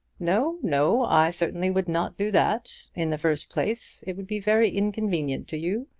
no, no. i certainly would not do that. in the first place it would be very inconvenient to you,